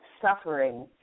suffering